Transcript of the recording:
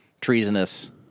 treasonous